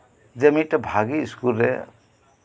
ᱡᱮ ᱢᱤᱫᱴᱮᱱ ᱵᱷᱟᱹᱜᱮ ᱥᱠᱩᱞ ᱨᱮ